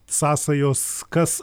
sąsajos kas